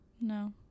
no